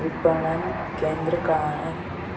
विपणन केंद्र कहाँ है?